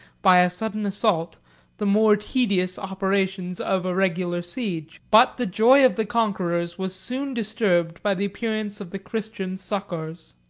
by a sudden assault the more tedious operations of a regular siege. but the joy of the conquerors was soon disturbed by the appearance of the christian succours.